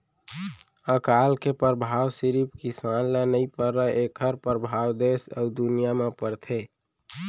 अकाल के परभाव सिरिफ किसान ल नइ परय एखर परभाव देस अउ दुनिया म परथे